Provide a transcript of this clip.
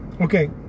Okay